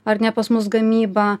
ar ne pas mus gamyba